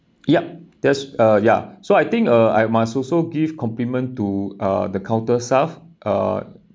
yup there's a ya so I think uh I must also give compliment to uh the counter staff uh